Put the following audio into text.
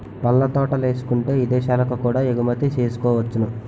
పళ్ళ తోటలేసుకుంటే ఇదేశాలకు కూడా ఎగుమతి సేసుకోవచ్చును